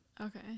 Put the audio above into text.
Okay